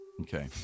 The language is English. Okay